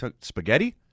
Spaghetti